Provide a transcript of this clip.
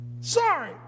Sorry